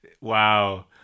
Wow